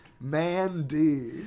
Mandy